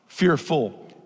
Fearful